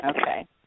Okay